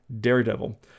Daredevil